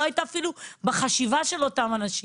לא הייתה אפילו בחשיבה של אותם אנשים.